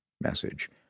message